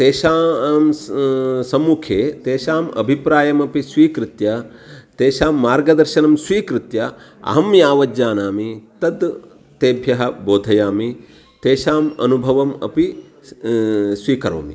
तेषाम् आम्स् सम्मुखे तेषाम् अभिप्रायमपि स्वीकृत्य तेषां मार्गदर्शनं स्वीकृत्य अहं यावत् जानामि तद् तेभ्यः बोधयामि तेषाम् अनुभवम् अपि स् स्वीकरोमि